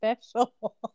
special